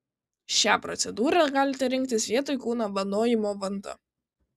šią procedūrą galite rinktis vietoj kūno vanojimo vanta